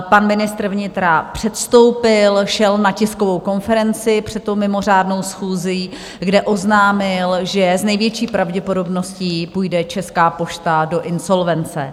Pan ministr vnitra předstoupil, šel na tiskovou konferenci před tou mimořádnou schůzí, kde oznámil, že s největší pravděpodobností půjde Česká pošta do insolvence.